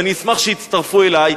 ואני אשמח שיצטרפו אלי,